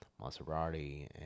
maserati